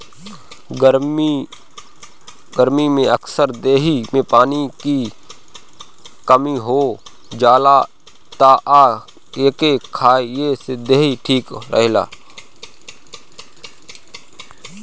गरमी में अक्सर देहि में पानी के कमी हो जाला तअ एके खाए से देहि ठीक रहेला